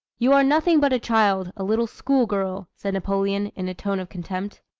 you are nothing but a child, a little school-girl said napoleon, in a tone of contempt.